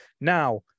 Now